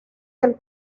del